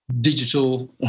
digital